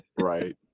Right